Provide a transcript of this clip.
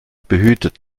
behütet